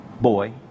boy